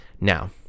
Now